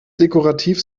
dekorativ